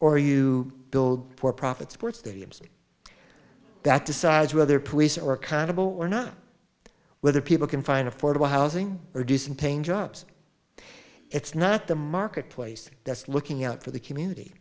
or you build for profit sports stadiums that decides whether police are accountable or not whether people can find affordable housing or do some paint jobs it's not the marketplace that's looking out for the community